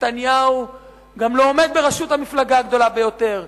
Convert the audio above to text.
נתניהו גם לא עומד בראשות המפלגה הגדולה ביותר,